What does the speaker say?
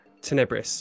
Tenebris